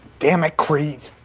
dammit creed